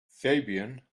fabian